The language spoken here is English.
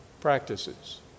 practices